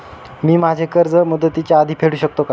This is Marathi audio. मी माझे कर्ज मुदतीच्या आधी फेडू शकते का?